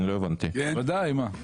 ודאי, מה?